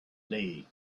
day